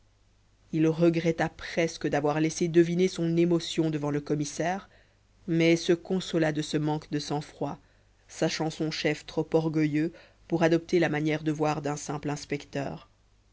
il regretta presque d'avoir laissé deviner son émotion devant le commissaire mais se consola de ce manque de sang-froid sachant son chef trop orgueilleux pour adopter la manière de voir d'un simple inspecteur